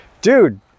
Dude